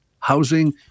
housing